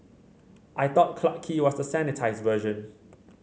I thought Clarke Quay was the sanitised version